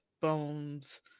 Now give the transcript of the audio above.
Bones